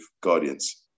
guardians